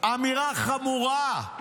אמירה חמורה: